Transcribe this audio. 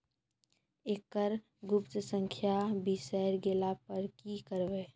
एकरऽ गुप्त संख्या बिसैर गेला पर की करवै?